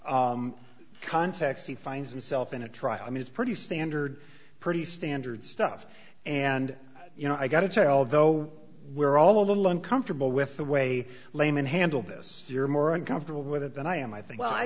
factual context he finds himself in a trial i mean it's pretty standard pretty standard stuff and you know i got to tell though we're all a little uncomfortable with the way layman handled this year more uncomfortable with it than i am i think well i